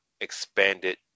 expanded